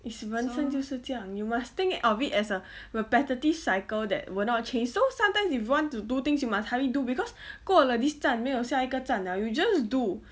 is 人生就是这样 you must think of it as a repetitive cycle that will not change so sometimes you want to do things you must hurry do cause 过了 this 站没有下一个站 liao you just do